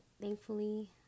thankfully